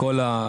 אומר.